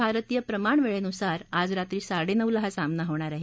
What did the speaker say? भारतीय प्रमाण वेळेनुसार आज रात्री साडे नऊला हा सामना होणार आहे